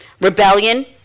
Rebellion